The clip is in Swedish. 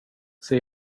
ser